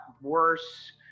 worse